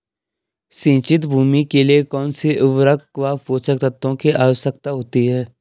सिंचित भूमि के लिए कौन सी उर्वरक व पोषक तत्वों की आवश्यकता होती है?